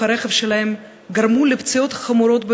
הרכב שלהם וגרמו להם פציעות חמורות ביותר.